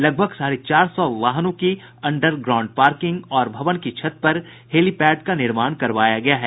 लगभग साढ़े चार सौ वाहनों की अंडर ग्राउंड पार्किंग और भवन की छत पर हेलिपैड का निर्माण करवाया गया है